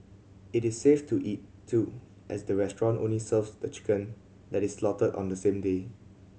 it is safe to eat too as the restaurant only serves the chicken that is slaughtered on the same day